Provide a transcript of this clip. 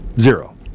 Zero